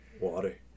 Water